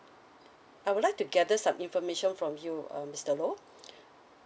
I would like to gather some information from you um mister low